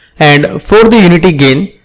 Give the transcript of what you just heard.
and for the unity gain,